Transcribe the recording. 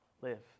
live